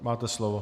Máte slovo.